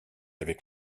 avec